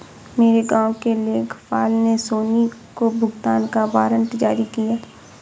मेरे गांव के लेखपाल ने सोनी को भुगतान का वारंट जारी किया